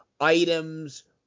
Items